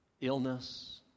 Illness